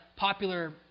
popular